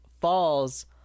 falls